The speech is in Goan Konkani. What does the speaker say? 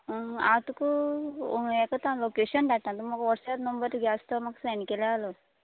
हांव तुका हें करता लोकेशन धाडटा तुमी म्हाका वॉट्सॅप नंबर तुगे आसा तो म्हाका सेंड केल्या जालो